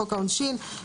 חוק העונשין,